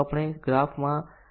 ચાલો તેનું ઉદાહરણ જોઈએ